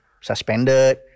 suspended